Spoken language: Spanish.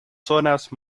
zonas